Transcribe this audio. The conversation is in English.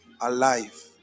alive